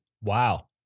Wow